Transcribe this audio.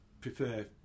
prefer